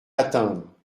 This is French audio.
atteindre